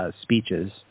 speeches